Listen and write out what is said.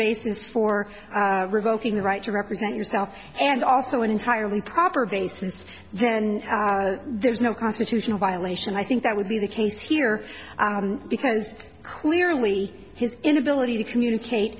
basis for revoking the right to represent yourself and also an entirely proper basis then there is no constitutional violation i think that would be the case here because clearly his inability to communicate